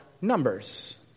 numbers